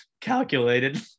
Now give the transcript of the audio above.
Calculated